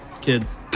kids